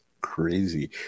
Crazy